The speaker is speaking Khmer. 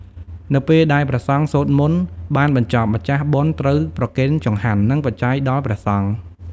នៅពេលដែលព្រះសង្ឃសូត្រមន្តបានបញ្ចប់ ម្ខាស់បុណ្យត្រូវប្រគេនចង្ហាន់ និងបច្ច័យដល់ព្រះសង្ឃ។